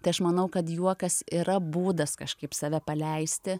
tai aš manau kad juokas yra būdas kažkaip save paleisti